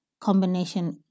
combination